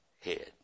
head